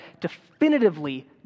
definitively